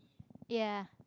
ya